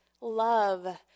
love